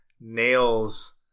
nails